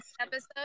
episode